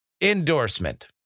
endorsement